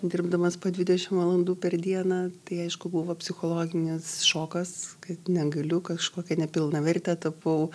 dirbdamas po dvidešim valandų per dieną tai aišku buvo psichologinis šokas kad negaliu kažkokia nepilnavertė tapau